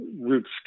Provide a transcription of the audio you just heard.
roots